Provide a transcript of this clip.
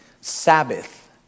Sabbath